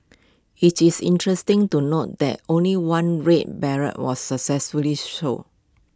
IT is interesting to note that only one red beret was successfully sold